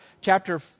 Chapter